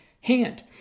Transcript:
hand